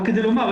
רק לומר,